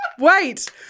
Wait